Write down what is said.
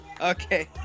Okay